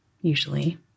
usually